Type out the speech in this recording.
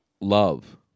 Love